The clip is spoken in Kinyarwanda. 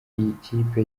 ikipe